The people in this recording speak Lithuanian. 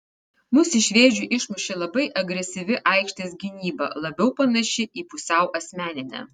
mus iš vėžių išmušė labai agresyvi aikštės gynyba labiau panaši į pusiau asmeninę